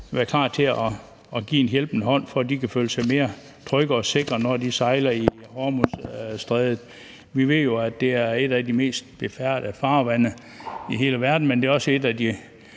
være klar til at give en hjælpende hånd, for at de kan føle sig mere trygge og sikre, når de sejler i Hormuzstrædet. Vi ved jo, at det er et af de mest befærdede farvande i hele verden, men det er også et af de